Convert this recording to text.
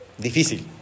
difícil